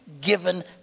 given